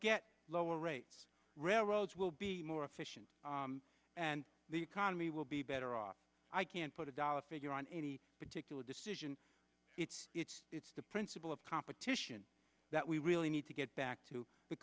get lower rates railroads will be more efficient and the economy will be better off i can't put a dollar figure on any particular decision it's the principle of competition that we really need to get back to the